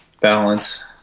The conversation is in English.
balance